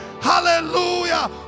Hallelujah